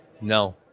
No